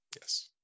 yes